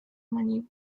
many